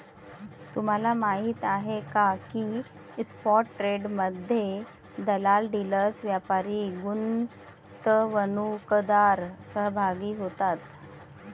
तुम्हाला माहीत आहे का की स्पॉट ट्रेडमध्ये दलाल, डीलर्स, व्यापारी, गुंतवणूकदार सहभागी होतात